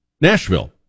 Nashville